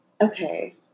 Okay